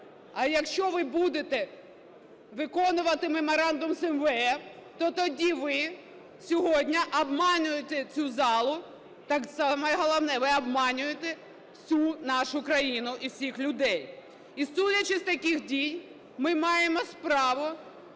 А якщо ви будете виконувати меморандум з МВФ, то тоді ви сьогодні обманюєте цю залу, так саме головне, ви обманюєте всю нашу країну і всіх людей. І судячи з таких дій, ми маємо справу